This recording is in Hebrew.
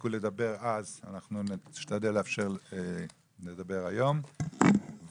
הספיקו לדבר אז אנחנו נשתדל לאפשר לדבר היום ומי